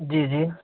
जी जी